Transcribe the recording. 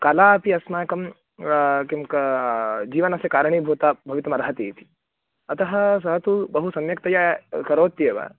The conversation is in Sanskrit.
कला अपि अस्माकं किं का जीवनस्य कारणीभूता भवितुमर्हति इति अतः सः तु बहु सम्यक्तया करोत्येव